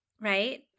right